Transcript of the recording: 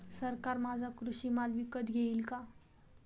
सरकार माझा कृषी माल विकत घेईल का?